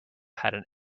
had